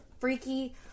freaky